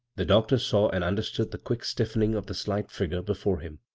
the doctor saw and understood the quick stiffening of the slight figure before him.